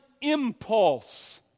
impulse